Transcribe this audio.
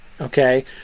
okay